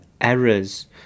errors